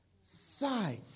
sight